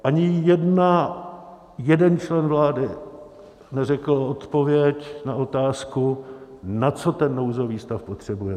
Ani jeden člen vlády neřekl odpověď na otázku, na co ten nouzový stav potřebujete.